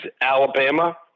Alabama